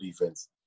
defense